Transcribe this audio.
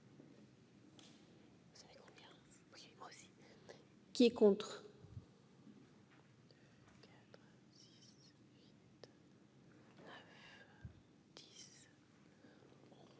qui est contre,